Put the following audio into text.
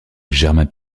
germain